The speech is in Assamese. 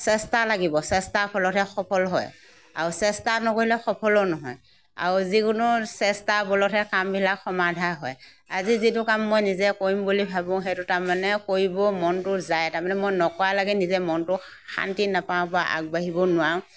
চেষ্টা লাগিব চেষ্টাৰ ফলতহে সফল হয় আৰু চেষ্টা নকৰিলে সফলো নহয় আৰু যিকোনো চেষ্টাৰ বলতহে কামবিলাক সমাধা হয় আজি যিটো কাম মই নিজে কৰিম বুলি ভাবোঁ সেইটো তাৰমানে কৰিব মনটো যায় তাৰমানে মই নকৰালৈকে নিজে মনটো শান্তি নেপাওঁ বা আগবাঢ়িব নোৱাৰোঁ